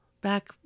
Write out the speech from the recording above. back